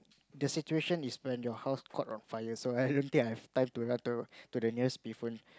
the situation is when your house caught on fire so I don't think I have time to run to the nearest payphone